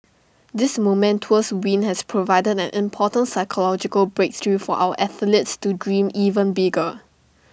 this momentous win has provided an important psychological breakthrough for our athletes to dream even bigger